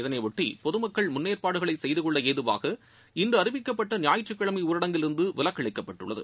இதனைபொட்டி பொதுமக்கள் முன்னேற்பாடுகளை செய்து கொள்ள ஏதுவாக இன்று அறிவிக்கப்பட்ட ஞாயிற்றுக்கிழமை ஊரடங்கில் இருந்து விலக்கு அளிக்கப்பட்டுள்ளது